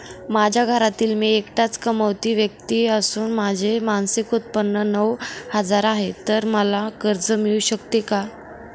माझ्या घरातील मी एकटाच कमावती व्यक्ती असून माझे मासिक उत्त्पन्न नऊ हजार आहे, तर मला कर्ज मिळू शकते का?